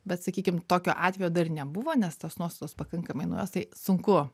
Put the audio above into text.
bet sakykim tokio atvejo dar nebuvo nes tos nuostatos pakankamai naujos tai sunku